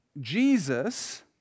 Jesus